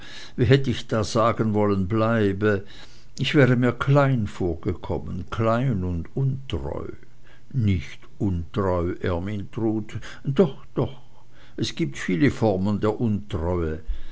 hätt ich da sagen wollen bleibe ich wäre mir klein vorgekommen klein und untreu nicht untreu ermyntrud doch doch es gibt viele formen der untreue